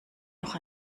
noch